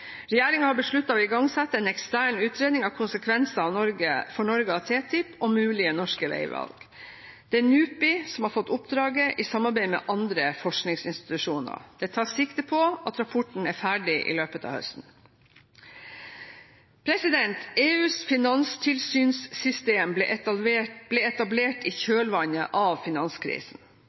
har besluttet å igangsette en ekstern utredning av konsekvenser for Norge av TTIP og mulige norske veivalg. Det er NUPI som har fått oppdraget, i samarbeid med andre forskningsinstitusjoner. Det tas sikte på at rapporten er ferdig i løpet av høsten. EUs finanstilsynssystem ble etablert i kjølvannet av finanskrisen.